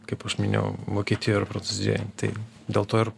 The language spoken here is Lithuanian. kaip aš minėjau vokietijo ar prancūzijoj tai dėl to ir